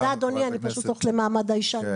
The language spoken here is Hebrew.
תודה אדוני, אני פשוט הולכת למעמד האישה.